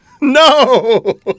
No